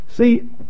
See